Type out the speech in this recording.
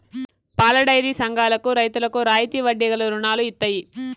పాలడైరీ సంఘాలకు రైతులకు రాయితీ వడ్డీ గల రుణాలు ఇత్తయి